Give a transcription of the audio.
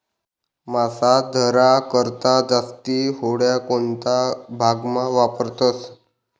मासा धरा करता जास्ती होड्या कोणता भागमा वापरतस